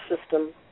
system